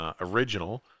original